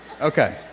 Okay